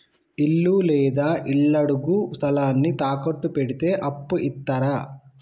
ఇల్లు లేదా ఇళ్లడుగు స్థలాన్ని తాకట్టు పెడితే అప్పు ఇత్తరా?